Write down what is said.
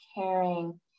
caring